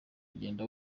agenda